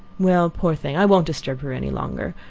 well, poor thing! i won't disturb her any longer,